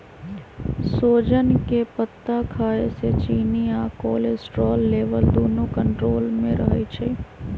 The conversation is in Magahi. सोजन के पत्ता खाए से चिन्नी आ कोलेस्ट्रोल लेवल दुन्नो कन्ट्रोल मे रहई छई